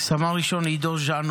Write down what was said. סמל-ראשון עידו ז'נו,